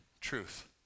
truth